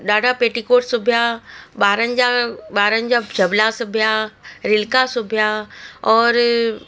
ॾाढा पेटिकोट सुभिया ॿारनि जा ॿारनि जा जबला सिबिया रिल्का सिबिया औरि